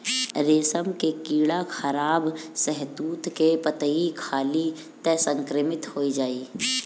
रेशम के कीड़ा खराब शहतूत के पतइ खाली त संक्रमित हो जाई